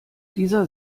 dieser